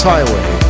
Highway